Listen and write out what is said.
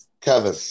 Kevin